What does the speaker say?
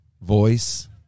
voice